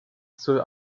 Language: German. zur